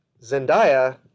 Zendaya